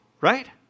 right